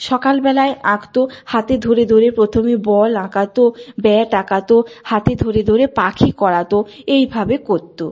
সকালবেলায় আঁকত হাতে ধরে ধরে প্রথমে বল আঁকাত ব্যাট আঁকাত হাতে ধরে ধরে পাখি করাতো এইভাবে করত